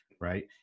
Right